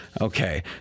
Okay